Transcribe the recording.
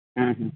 ᱦᱮᱸ ᱦᱮᱸ